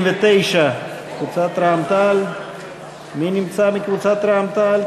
39. מי נמצא מקבוצת רע"ם-תע"ל-מד"ע?